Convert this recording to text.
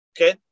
okay